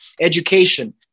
education